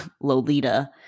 Lolita